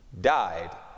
died